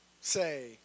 say